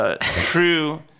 true